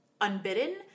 unbidden